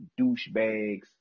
douchebags